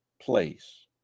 place